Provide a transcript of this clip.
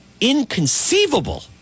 inconceivable